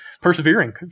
persevering